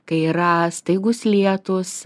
kai yra staigūs lietūs